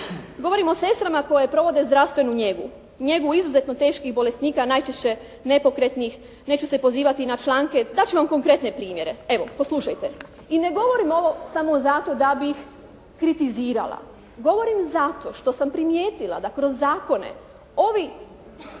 Govorim o sestrama koje provode zdravstvenu njegu, njegu izuzetno teških bolesnika najčešće nepokretnih. Neću se pozivati na članke, dat ću vam konkretne primjere. Evo, poslušajte. I ne govorim ovo samo zato da bih kritizirala. Govorim zato što sam primijetila da kroz zakone ovi